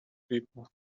people